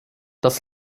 das